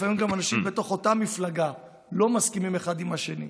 לפעמים גם אנשים בתוך אותה מפלגה לא מסכימים אחד עם השני.